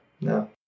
no